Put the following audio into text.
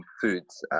foods